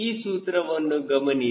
ಈ ಸೂತ್ರವನ್ನು ಗಮನಿಸಿ